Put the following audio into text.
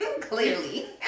clearly